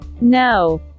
No